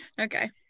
okay